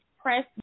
Press